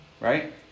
Right